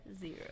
zero